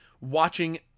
watching